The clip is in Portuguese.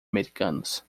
americanos